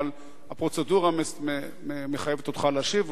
אבל הפרוצדורה מחייבת אותך להשיב,